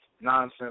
nonsense